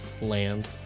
land